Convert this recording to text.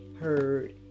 heard